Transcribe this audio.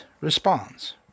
responds